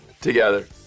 together